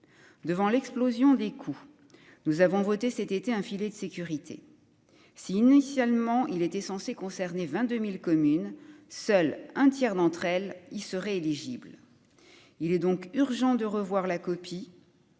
devant l'explosion des coûts, nous avons voté cet été un filet de sécurité si, initialement il était censé concerner 22000 communes, seul un tiers d'entre elles y seraient éligibles, il est donc urgent de revoir la copie,